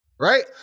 Right